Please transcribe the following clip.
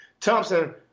Thompson